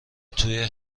توی